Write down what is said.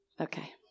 Okay